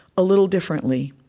a little differently.